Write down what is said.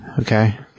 Okay